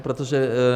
Protože...